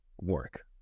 work